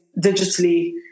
digitally